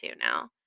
now